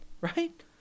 right